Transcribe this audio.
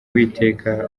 uwiteka